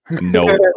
no